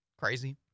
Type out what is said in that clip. crazy